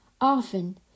often